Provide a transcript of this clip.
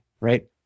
right